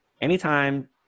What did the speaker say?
anytime